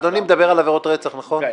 אדוני מדבר על עבירות רצח, נכון?